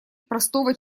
простого